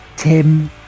Tim